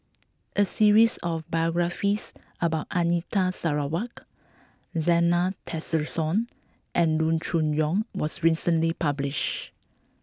a series of biographies about Anita Sarawak Zena Tessensohn and Loo Choon Yong was recently published